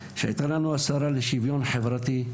שהייתה לנו את השרה לשוויון חברתי,